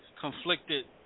conflicted